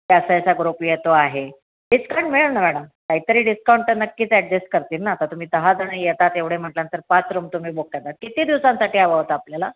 group येतो आहे discount मिळेल ना मॅडम काहीतरी डिस्कांट तर नक्कीच ॲडजस्ट करतील ना आता तुम्ही दहाजण येतात एवढे म्हटल्यानंतर पाच रूम तुम्ही बुक करता किती दिवसांसाठी हवं होतं आपल्याला